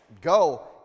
go